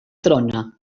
trona